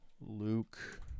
Luke